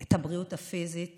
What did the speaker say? את הבריאות הפיזית